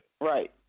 Right